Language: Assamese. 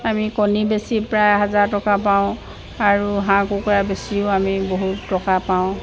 আমি কণী বেচি প্ৰায় হাজাৰ টকা পাওঁ আৰু হাঁহ কুকুৰা বেছিও আমি বহুত টকা পাওঁ